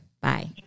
Bye